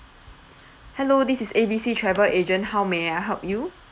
hello this is A B C travel agent how may I help you